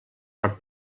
per